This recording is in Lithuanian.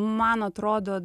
man atrodo